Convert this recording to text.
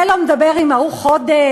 זה לא מדבר עם ההוא חודש,